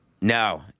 No